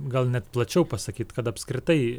gal net plačiau pasakyt kad apskritai